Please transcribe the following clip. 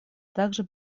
также